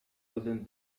within